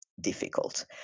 difficult